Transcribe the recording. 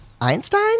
Einstein